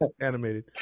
animated